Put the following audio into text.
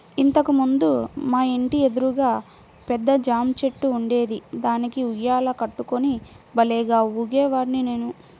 ఇంతకు ముందు మా ఇంటి ఎదురుగా పెద్ద జాంచెట్టు ఉండేది, దానికి ఉయ్యాల కట్టుకుని భల్లేగా ఊగేవాడ్ని నేను